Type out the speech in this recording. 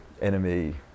enemy